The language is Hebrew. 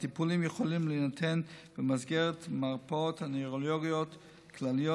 הטיפולים יכולים להינתן הן במסגרת מרפאות נוירולוגיות כלליות,